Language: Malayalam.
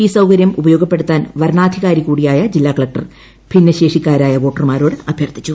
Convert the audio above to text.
ഇന്റ സൌകര്യം ഉപയോഗപ്പെടുത്താൻ വരണാധികാരി കൂടിയായ ജില്ലാ കളക്ടർ ഭിന്നശേഷിക്കാരായ വോട്ടർമാരോട് അഭ്യർത്ഥിച്ചു